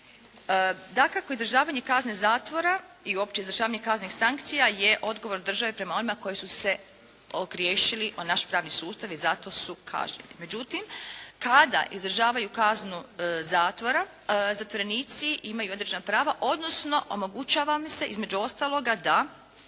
Dakako izdržavanje kazne zatvora i uopće izvršavanje kaznenih sankcija je odgovor države prema onima koji su se ogriješili o naš pravni sustav i zato su kažnjeni. Međutim kada izdržavaju kaznu zatvora, zatvorenici imaju određena prava, odnosno omogućava im se između ostaloga da